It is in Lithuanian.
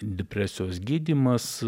depresijos gydymas